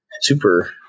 super